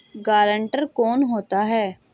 Guarantor कौन होता है?